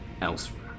elsewhere